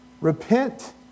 Repent